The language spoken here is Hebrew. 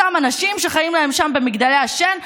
אותם אנשים שחיים להם שם במגדלי השן,